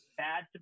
bad